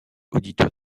auditeur